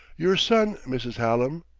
your son, mrs. hallam?